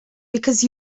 because